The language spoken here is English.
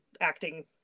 acting